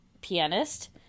pianist